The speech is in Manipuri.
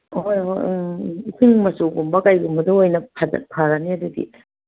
ꯑ ꯍꯣꯏ ꯍꯣꯏ ꯎꯝ ꯏꯁꯤꯡ ꯃꯆꯨꯒꯨꯝꯕ ꯀꯩꯒꯨꯝꯕꯗ ꯑꯣꯏꯅ ꯐꯔꯅꯤ ꯑꯗꯨꯗꯤ